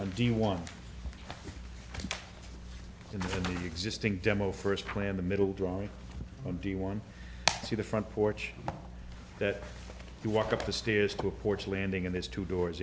d one in the existing demo first plan the middle drawing on the one to the front porch that you walk up the stairs to a porch landing and there's two doors